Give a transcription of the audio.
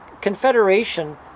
confederation